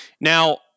Now